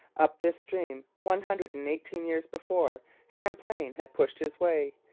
up this stream, one hundred and eighteen years before, champlain had pushed his way,